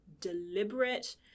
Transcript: deliberate